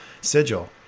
sigil